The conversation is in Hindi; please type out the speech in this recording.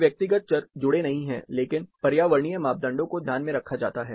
कोई व्यक्तिगत चर जुड़े नहीं हैं लेकिन पर्यावरणीय मापदंडों को ध्यान में रखा जाता है